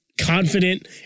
Confident